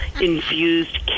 infused